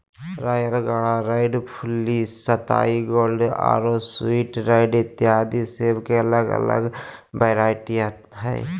royal gala, red Fuji, सताई gold आरो sweet red इत्यादि सेब के अलग अलग वैरायटी हय